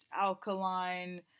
alkaline